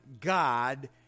God